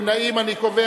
נגד?